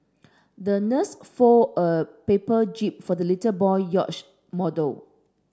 the nurse folded a paper jib for the little boy yacht model